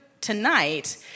tonight